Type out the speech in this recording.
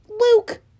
Luke